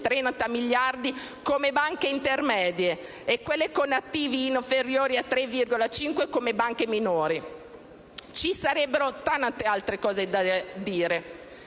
30 miliardi come banche intermedie e quelle con attivi inferiori ai 3,5 come banche minori. Ci sarebbero tante altre cose da dire